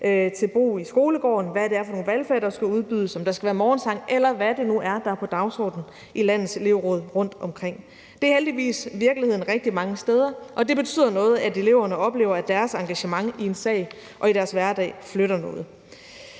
til brug i skolegården, hvad for nogle valgfag der skal udbydes, om der skal være morgensang, eller hvad det nu er, der er på dagsordenen rundtomkring i landets elevråd. Det er heldigvis virkeligheden rigtig mange steder, og det betyder noget, at eleverne oplever, at deres engagement i en sag og i deres hverdag flytter noget.